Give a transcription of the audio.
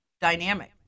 dynamic